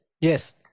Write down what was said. yes